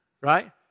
right